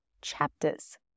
chapters